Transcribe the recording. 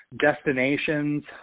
destinations